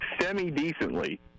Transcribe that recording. semi-decently